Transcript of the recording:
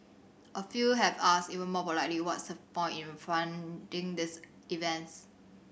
a few have asked even more pointedly what's the point in funding these events